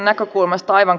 arvoisa puhemies